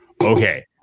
Okay